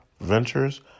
Ventures